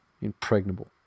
Impregnable